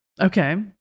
Okay